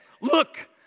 look